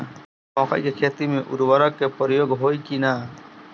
मकई के खेती में उर्वरक के प्रयोग होई की ना?